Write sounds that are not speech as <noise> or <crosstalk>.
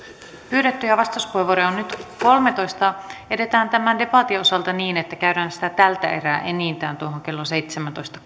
pyydettyjä vastauspuheenvuoroja on nyt kolmanteentoista edetään tämän debatin osalta niin että käydään sitä tältä erää enintään kello seitsemäntoista <unintelligible>